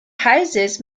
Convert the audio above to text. houses